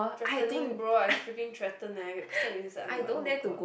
threatening bro I freaking threaten eh cause I'm inside I'm like oh god